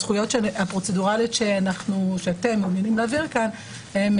הזכויות הפרוצדורליות שאתם מעוניינים להעביר כאן הן